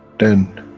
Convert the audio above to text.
then,